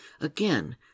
Again